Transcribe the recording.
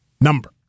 number